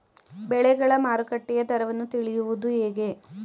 ಬೆಳೆಗಳ ಮಾರುಕಟ್ಟೆಯ ದರವನ್ನು ತಿಳಿಯುವುದು ಹೇಗೆ?